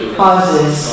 causes